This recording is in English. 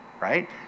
right